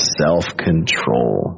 self-control